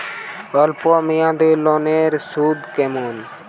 অল্প মেয়াদি লোনের সুদ কেমন?